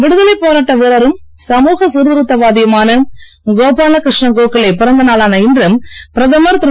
விடுதலைப் போராட்ட வீரரும் சமுக சீர்திருத்தவாதியுமான கோபால கிருஷ்ண கோகலே பிறந்தநாளான இன்று பிரதமர் திரு